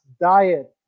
diet